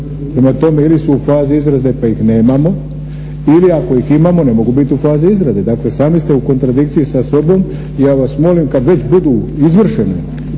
Prema tome, ili su u fazi izrade pa ih nemamo ili ako ih imamo ne mogu biti fazi izrade. Dakle, sami ste u kontradikciji sa sobom i ja vas molim kad već budu izvršene,